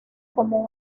como